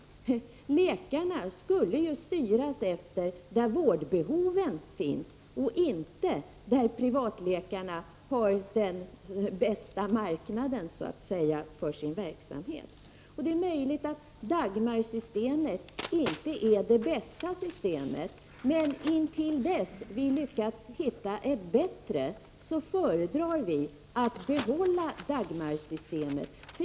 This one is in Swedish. Läkarna skulle ju styras efter var vårdbehoven finns, och inte efter var privatläkarna har den bästa marknaden för sin verksamhet, så att säga. Det är möjligt att Dagmarsystemet inte är det bästa systemet, men intill dess vi lyckas hitta ett som är bättre, föredrar vi att behålla Dagmar.